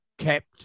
kept